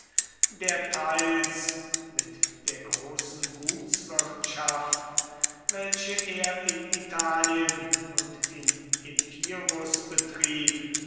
der teils mit der großen gutswirtschaft welche er in italien und in epirus betrieb